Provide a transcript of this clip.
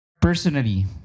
personally